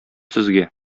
сезгә